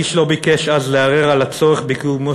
איש לא ביקש אז לערער על הצורך בקיומו